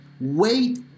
wait